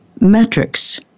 metrics